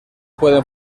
pueden